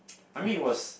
I mean it was